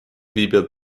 viibivad